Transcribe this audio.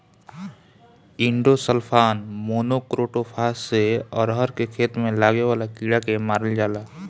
endosulfan, monocrotophos से अरहर के खेत में लागे वाला कीड़ा के मारल जाला